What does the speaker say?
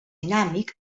dinàmic